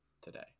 today